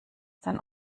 den